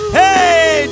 hey